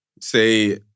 say